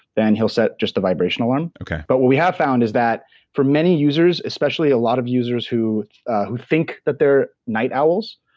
then he'll set just the vibration alarm okay but, what we have found is that for many users, especially a lot of users who who think that they're night owls,